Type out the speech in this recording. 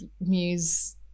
muse